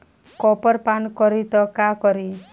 Copper पान करी त का करी?